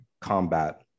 combat